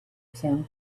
tim